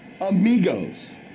amigos